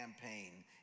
campaign